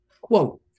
Quote